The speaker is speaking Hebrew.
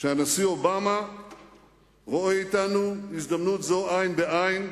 שהנשיא אובמה רואה אתנו הזדמנות זו עין בעין,